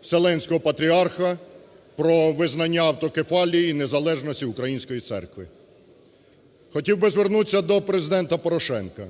Вселенського Патріарха про визнання автокефалії і незалежності Української Церкви. Хотів би звернутися до Президента Порошенка.